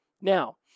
Now